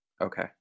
Okay